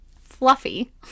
fluffy